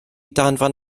danfon